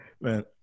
man